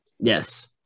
Yes